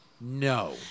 No